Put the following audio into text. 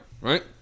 right